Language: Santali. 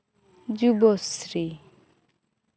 ᱡᱩᱵᱚᱥᱨᱤ